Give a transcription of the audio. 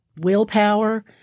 willpower